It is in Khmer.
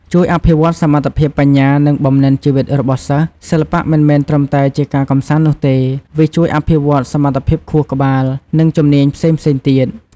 ជួយអភិវឌ្ឍសមត្ថភាពបញ្ញា និងបំណិនជីវិតរបស់សិស្ស: សិល្បៈមិនមែនត្រឹមតែជាការកម្សាន្តនោះទេ វាជួយអភិវឌ្ឍន៍សមត្ថភាពខួរក្បាល និងជំនាញផ្សេងៗទៀត។